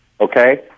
Okay